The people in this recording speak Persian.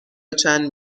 چند